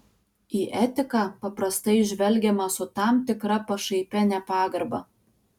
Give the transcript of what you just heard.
į etiką paprastai žvelgiama su tam tikra pašaipia nepagarba